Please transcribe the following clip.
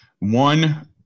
One